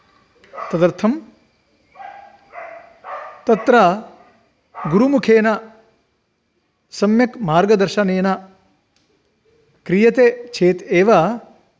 तदर्थं तत्र गुरुमुखेन सम्यक् मार्गदर्शनेन क्रियते चेत् एव